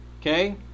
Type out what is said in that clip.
okay